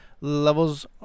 Levels